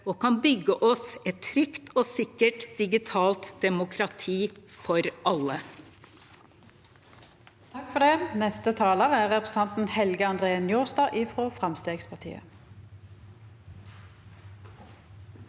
og kan bygge oss et trygt og sikkert digitalt demokrati for alle.